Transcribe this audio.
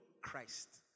Christ